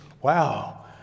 wow